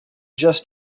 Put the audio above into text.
just